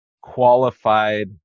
qualified